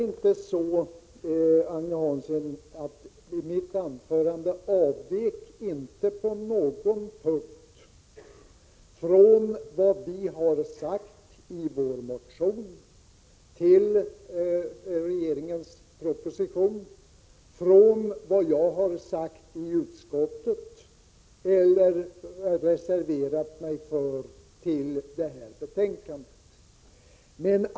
I mitt anförande, Agne Hansson, avvek jag inte på någon punkt från vad vi har sagt i vår motion till regeringens proposition, från vad jag har sagt i utskottet eller från vad jag har reserverat mig för i detta betänkande.